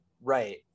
right